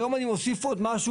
היום אני מוסיף עוד משהו.